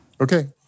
Okay